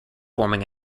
forming